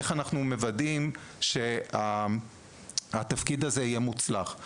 איך אנחנו מוודאים שהתפקיד הזה יהיה מוצלח.